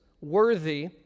worthy